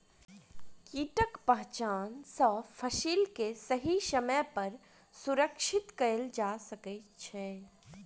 कीटक पहचान सॅ फसिल के सही समय पर सुरक्षित कयल जा सकै छै